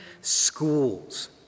schools